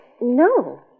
no